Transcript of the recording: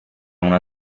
una